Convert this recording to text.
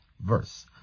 verse